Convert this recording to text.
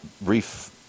brief